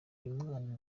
uyumwana